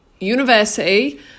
university